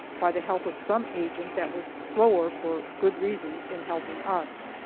by the help of some agent that was slower, for good reasons, in helping us.